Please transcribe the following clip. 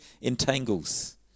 entangles